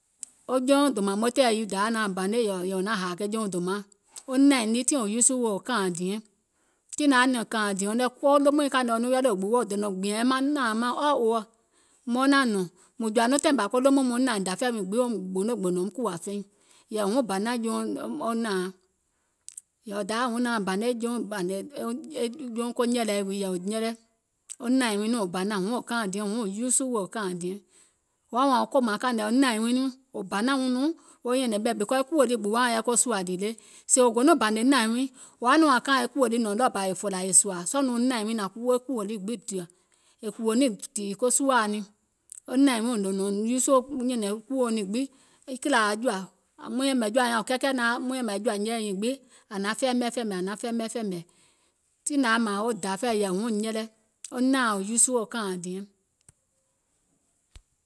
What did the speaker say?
O jouŋ dòmȧŋ motòɛ̀ɛ yii dayȧ nauŋ banè yɛ̀ì wò naŋ hȧȧ jouŋ dòmaȧŋ, o nȧìŋ nii tiŋ wò uusù wèè wo kȧȧìŋ diɛŋ, tiŋ nȧŋ yaȧ nɛ̀ŋ kààìŋ̀ diɛuŋ nɛ̀ ko lomùiŋ kȧìŋ nɛ wo nɔŋ ready wo gbuwo wò dònȧŋ gbìɛ̀ŋ maŋ nȧìŋ maŋ all over, muŋ naȧŋ nɔ̀ŋ, mùŋ jɔ̀ȧ nɔŋ taiŋ bȧ ko lomùŋ muìŋ nȧìŋ dafɛ̀ɛ̀ wii gbiŋ gbono gbònò wum kùwȧ feìŋ yɛ̀ì huŋ banȧŋ jouŋ nȧȧaŋ yɛ̀ì dayȧ nauŋ banè jouŋ ko nyɛ̀lɛì wii yɛ̀ì wò nyɛlɛ, wɔŋ nȧìŋ wii nɔŋ wò banȧŋ huŋ nɔŋ wò kaaìŋ diɛŋ, huŋ nɔŋ wò uusù wèè wo kȧȧìŋ diɛŋ, wò woȧ wȧȧŋ wo kòmȧŋ kaìŋ nɛ nȧìŋ wii nɔŋ wò banȧŋ wɔŋ nɔŋ wo nyɛ̀nɛ̀ŋ ɓɛ̀ because e kùò lii gbuwȧauŋ yɛi ko sùȧȧ dìì le wò go nɔŋ bȧnè nȧìŋ wiiŋ wò woȧ nɔŋ wȧȧŋ wo kaaìŋ e kùò lii nɔ̀ɔŋ ɗɔɔbȧ è fòlȧ è sɔ̀ȧȧ, sɔɔ̀ nɔŋ nȧìŋ wii nȧŋ kuwo kùò lii gbiŋ dìì, è kùwò niìŋ dìì ko suȧuŋ niìŋ, wɔŋ nȧìŋ wiiŋ wò nɔ̀ŋ uusu wo nyɛ̀nɛ̀ŋ e kuòuŋ nii gbiŋ e kìlȧ aŋ jɔ̀ȧ, maŋ yɛ̀mɛ̀ aŋ jɔ̀ȧuŋ nyȧŋ wò kɛkɛ̀ naȧŋ maŋ yɛ̀mɛ̀ aŋ jɔ̀ȧ nyiiŋ gbiŋ aŋ naŋ fɛɛmɛ fɛ̀ɛ̀mɛ̀, tiŋ nȧŋ yaȧ mȧȧŋ dafɛ̀ɛ̀ yɛ̀ì huŋ nyɛlɛ, wo nȧȧaŋ uusù wo kȧȧìŋ diɛŋ,